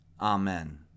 Amen